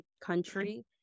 country